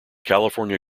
california